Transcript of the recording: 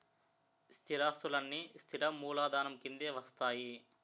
స్థిరాస్తులన్నీ స్థిర మూలధనం కిందే వస్తాయి